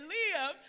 live